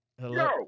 Hello